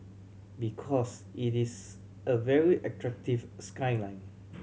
because it is a very attractive skyline